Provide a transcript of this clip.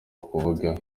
kuvuga